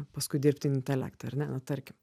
paskui dirbtinį intelektą ar ne nu tarkim